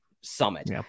summit